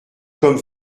comme